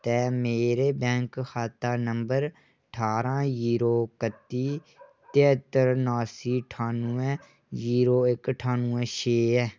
ते मेरा bank bank खाता नंबर ठारहां जीरो कत्ती तरहत्तर नासीं ठानुऐ जीरो इक्क ठानुऐ छे ऐ